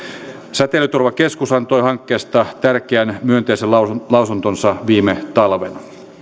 säteilyturvakeskus antoi hankkeesta tärkeän myönteisen lausuntonsa viime talvena